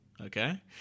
okay